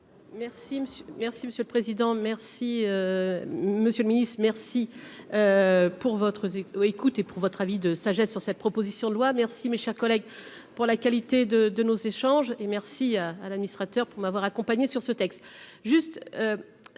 merci monsieur le président, merci Monsieur le Ministre, merci pour votre écoute et pour votre avis de sagesse sur cette proposition de loi merci, mes chers collègues, pour la qualité de de nos échanges et merci à à l'administrateur pour m'avoir accompagné sur ce texte,